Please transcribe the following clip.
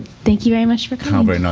thank you very much for coming.